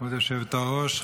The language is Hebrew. כבוד היושבת-ראש,